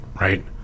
Right